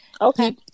Okay